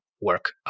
work